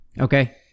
Okay